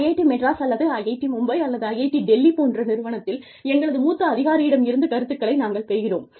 IIT Madras அல்லது IIT Mumbai அல்லது IIT Delhi போன்ற நிறுவனத்தில் எங்களது மூத்த அதிகாரியிடம் இருந்து கருத்துக்களை நாங்கள் பெறுகிறோம்